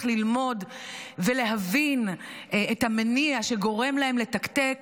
ללמוד ולהבין את המניע שגורם להם לתקתק,